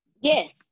Yes